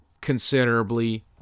considerably